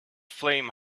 flame